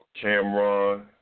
Cameron